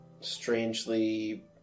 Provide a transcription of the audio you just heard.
Strangely